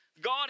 God